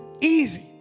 Easy